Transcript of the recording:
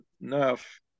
enough